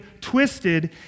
twisted